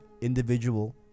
Individual